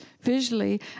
visually